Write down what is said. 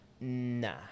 Nah